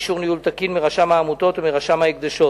אישור ניהול תקין מרשם העמותות או מרשם ההקדשות.